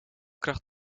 kracht